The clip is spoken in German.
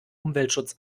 umweltschutz